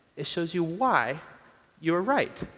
it shows you why you were right.